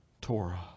Torah